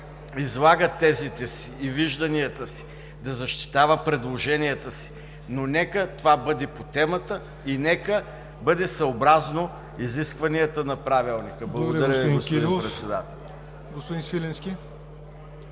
излага тезите си и вижданията си, да защитава предложенията си, но нека това бъде по темата и нека бъде съобразно изискванията на Правилника. Благодаря Ви, господин Председател.